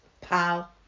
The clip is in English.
pal